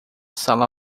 sala